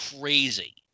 crazy